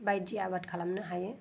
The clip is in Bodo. बायदि आबाद खालामनो हायो